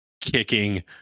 kicking